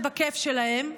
ובכיף שלהם,